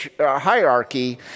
hierarchy